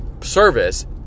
service